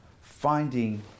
Finding